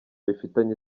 bifitanye